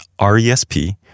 RESP